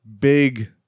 big